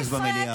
יש רעש במליאה,